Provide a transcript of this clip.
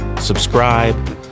subscribe